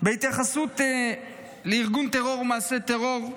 בהתייחסות לארגון טרור או מעשה טרור,